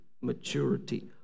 maturity